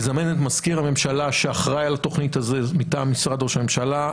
לזמן את מזכיר הממשלה שאחראי על התוכנית הזו מטעם משרד ראש הממשלה,